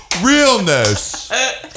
realness